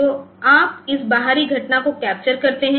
तो आप इस बाहरी घटना को कैप्चर करते हैं